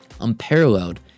unparalleled